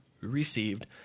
received